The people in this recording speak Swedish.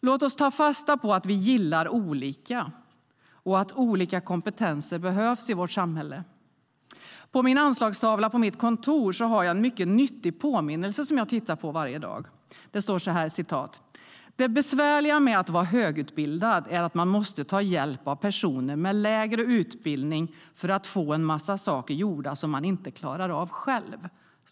Låt oss ta fasta på att vi gillar olika saker och att olika kompetenser behövs i vårt samhälle. På min anslagstavla på kontoret har jag en mycket nyttig påminnelse som jag tittar på varje dag. Där står följande: Det besvärliga med att vara högutbildad är att man måste ta hjälp av personer med lägre utbildning för att få en massa saker gjorda som man inte klarar av själv.